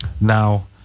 Now